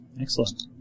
Excellent